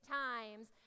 times